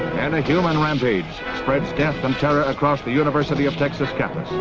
and a human rampage spreads death and terror across the university of texas campus.